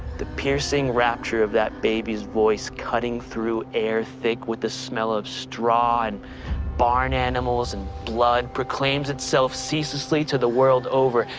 the piercing rapture of that baby's voice cutting through air thick with the smell of straw and barn animals and blood, proclaims itself ceaselessly to the world over,